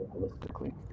holistically